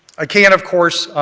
i can of course,